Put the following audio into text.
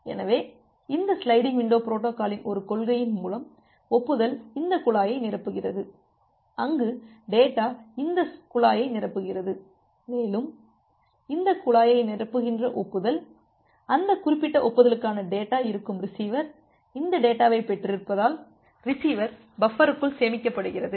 எனவே இந்த sliding window பொரோட்டோகாலின் ஒரு கொள்கையின் மூலம் ஒப்புதல் இந்த குழாயை நிரப்புகிறது அங்கு டேட்டா இந்த குழாயை நிரப்புகிறது மேலும் இந்த குழாயை நிரப்புகின்ற ஒப்புதல் அந்த குறிப்பிட்ட ஒப்புதலுக்கான டேட்டா இருக்கும் ரிசீவர் இந்த டேட்டாவைப் பெற்றிருப்பதால் ரிசீவர் பஃப்பருக்குள் சேமிக்கப்படுகிறது